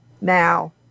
Now